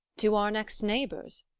to our next neighbours?